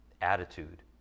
attitude